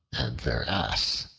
their ass